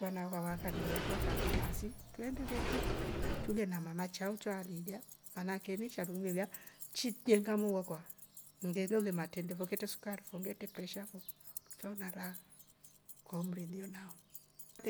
Vana kwa vangia vakaamba baasi twendelie ki trule na mama chao cho aliilya maanake inishandu ngilelya chi jenga moo wakwa ngelole matrende fo. ngetre sukari fo. ngetre presha fo, kaona raha kwa umri nlio nao.